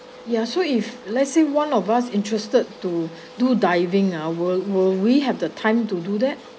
ya so if let's say one of us interested to do diving ah will will we have the time to do that